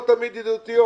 ולא תמיד ידידותיות.